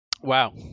wow